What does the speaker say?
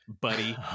buddy